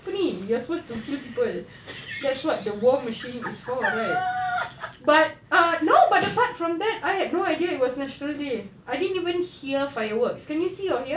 apa ni you're supposed to kill people that's what the war machine is for right but ah no but apart from that I had no idea it was national day I didn't even hear fireworks can you see from here